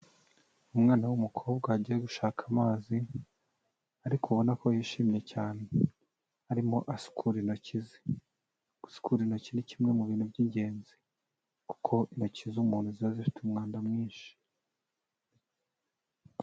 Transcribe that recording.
Umwana w'umukobwa wagiye gushaka amazi ariko ubona ko yishimye cyane, arimo asukura intoki ze. Gusukura intoki ni kimwe mu bintu by'ingenzi kuko intoki z'umuntu ziba zifite umwanda mwinshi.